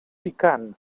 picant